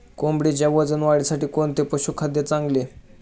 कोंबडीच्या वजन वाढीसाठी कोणते पशुखाद्य चांगले?